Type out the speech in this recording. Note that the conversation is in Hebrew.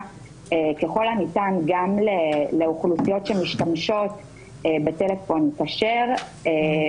ככל הניתן גם לאוכלוסיות שמשתמשות בטלפון כשר,